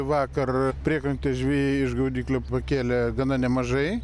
vakar priekrantės žvejai iš gaudyklių pakėlė gana nemažai